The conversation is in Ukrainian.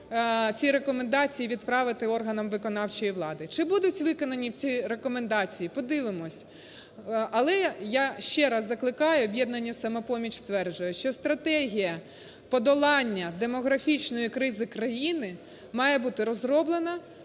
ці рекомендації відправити органам виконавчої влади. Чи будуть виконані ці рекомендації? Подивимось. Але я ще раз закликаю, "Об'єднання "Самопоміч" стверджує, що стратегія подолання демографічної кризи країни має бути розроблена